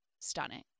stunning